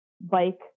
bike